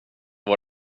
vad